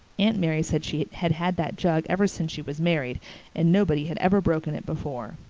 aunt mary said she had had that jug ever since she was married and nobody had ever broken it before.